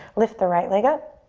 lift the right leg up.